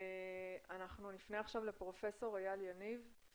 אנחנו נפנה עכשיו לפרופ' איל יניב,